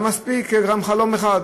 היה מספיק גם חלום אחד.